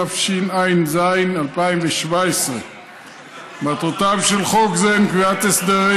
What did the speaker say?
תשע"ז 2017. מטרותיו של חוק זה הן קביעת הסדרים